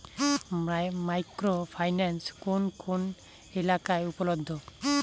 Micro finance কোন কোন এলাকায় উপলব্ধ?